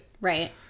Right